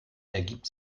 ergibt